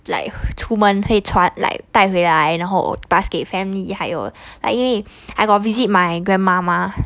like 出门会传 like 带回来然后 pass 给 family 还有 like 因为 I got visit my grandma 吗